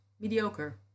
mediocre